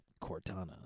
Cortana